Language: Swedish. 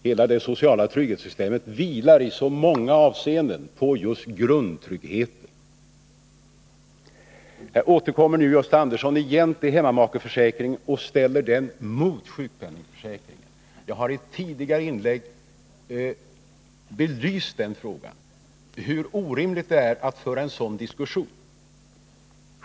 Hela det sociala trygghetssystemet vilar i många avseenden på just grundtryggheten. Gösta Andersson återkommer till hemmamakeförsäkringen och ställer den mot sjukpenningförsäkringen. Jag har i tidigare inlägg belyst den frågan och visat hur orimligt det är att föra en sådan diskussion.